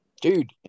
dude